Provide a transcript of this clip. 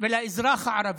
ולאזרח הערבי.